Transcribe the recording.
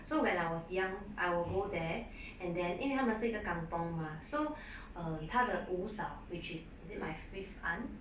so when I was young I will go there and then 因为他们是一个 kampung mah so um 她的五嫂 which is is it my fifth aunt